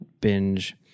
binge